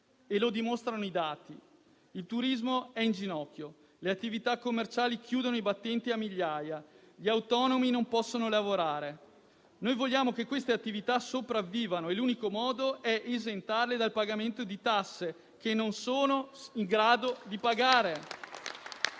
e lo dimostrano i dati: il turismo è in ginocchio, le attività commerciali chiudono i battenti a migliaia, gli autonomi non possono lavorare. Noi vogliamo che queste attività sopravvivano e l'unico modo è esentarle dal pagamento di tasse che non sono in grado di pagare.